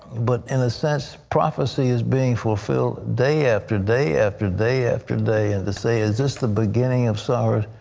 but in a sense prophecy is being fulfilled day after day after day after day. and to say is this the beginning of sorrows